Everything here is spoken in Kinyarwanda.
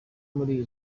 muri